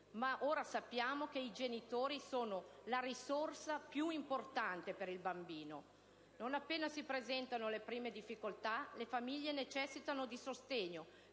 Ora sappiamo, invece, che i genitori sono la risorsa più importante per il bambino. Non appena si presentano le prime difficoltà, le famiglie necessitano di sostegno